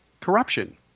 corruption